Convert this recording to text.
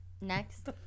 Next